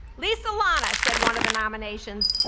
lisa lana, said one of the nominations,